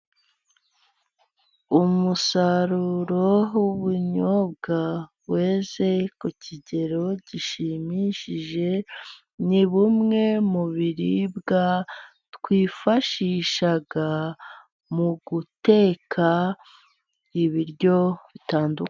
Umusaruro w'ubunyobwa weze ku kigero gishimishije, ni bumwe mu biribwa twifashisha mu guteka ibiryo bitandukanye.